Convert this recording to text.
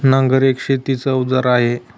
नांगर एक शेतीच अवजार आहे